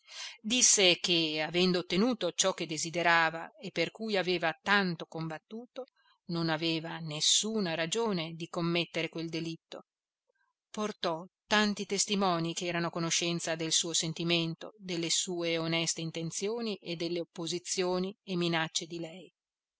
disse che avendo ottenuto ciò che desiderava e per cui aveva tanto combattuto non aveva nessuna ragione di commettere quel delitto portò tanti testimoni che erano a conoscenza del suo sentimento delle sue oneste intenzioni e delle opposizioni e minacce di lei